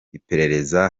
iperereza